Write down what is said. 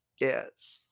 yes